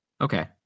Okay